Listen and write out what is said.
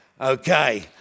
Okay